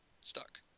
stuck